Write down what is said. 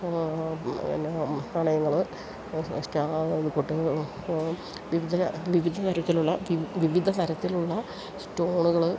എന്നാ നാണയങ്ങള് വിവിധ വിവിധ തരത്തിലുള്ള വിവിധ തരത്തിലുള്ള സ്റ്റോണുകള്